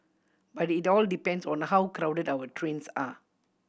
but it all depends on how crowded our trains are